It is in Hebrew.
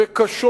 וקשות.